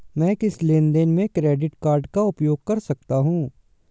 मैं किस लेनदेन में क्रेडिट कार्ड का उपयोग कर सकता हूं?